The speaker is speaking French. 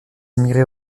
immigrés